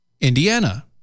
Indiana